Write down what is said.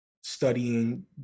studying